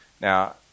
Now